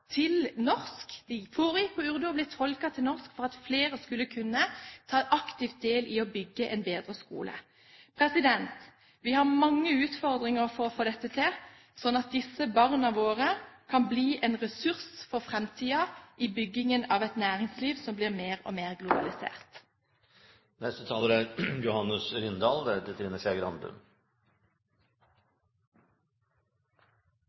til norsk – de foregikk på urdu og ble tolket til norsk – slik at flere skulle kunne ta aktivt del i å bygge en bedre skole. Vi har mange utfordringer for å få dette til, slik at disse barna våre kan bli en ressurs for framtiden i byggingen av et næringsliv som blir mer og mer globalisert.